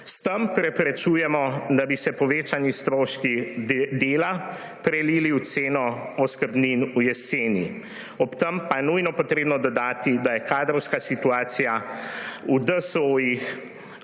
S tem preprečujemo, da bi se povečani stroški dela prelili v ceno oskrbnin v jeseni. Ob tem pa je nujno treba dodati, da je kadrovska situacija v DSO,